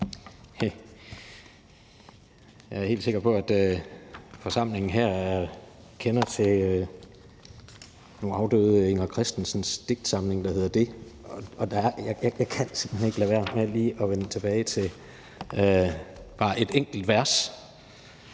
Jeg er helt sikker på, at forsamlingen her kender til nu afdøde Inger Christensens digtsamling, der hedder »Det«, og jeg kan simpelt hen ikke lade være med lige at vende tilbage til bare et enkelt vers,